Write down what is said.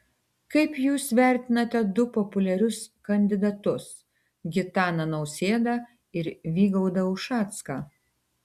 kaip jūs vertinate du populiarius kandidatus gitaną nausėdą ir vygaudą ušacką